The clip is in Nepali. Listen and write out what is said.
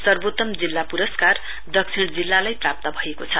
सर्वोत्तम जिल्ला पुरस्कार दक्षिण जिल्लालाई प्राप्त भएको छ